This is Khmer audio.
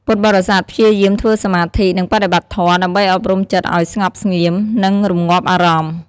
ពុទ្ធបរិស័ទព្យាយាមធ្វើសមាធិ និងបដិបត្តិធម៌ ដើម្បីអប់រំចិត្តឱ្យស្ងប់ស្ងៀម និងរម្ងាប់អារម្មណ៍។